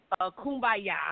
kumbaya